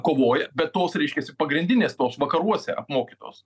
kovoja bet tos reiškiasi pagrindinės tos vakaruose apmokytos